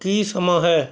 ਕੀ ਸਮਾਂ ਹੈੈ